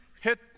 hit